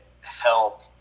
help